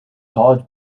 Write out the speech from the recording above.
college